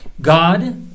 God